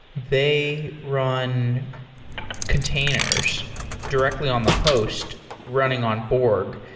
they run containers directly on the hosts running on borg.